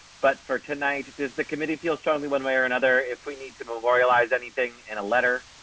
but for tonight. does the committee feel strongly one way or another. if we need to memorialize anything in a letter.